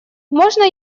можно